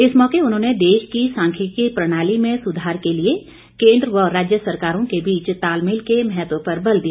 इस मौके उन्होंने देश की सांख्यिकी प्रणाली में सुधार के लिए केंद्र व राज्य सरकारों के बीच तालमेल के महत्व पर बल दिया